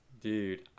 Dude